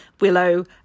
Willow